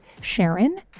SHARON